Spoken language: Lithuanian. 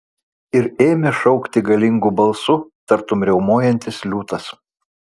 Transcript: ir ėmė šaukti galingu balsu tartum riaumojantis liūtas